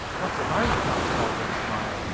what about? asked bob with a smile,